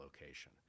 location